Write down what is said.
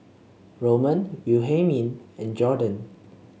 Roman Wilhelmine and Jorden